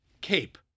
cape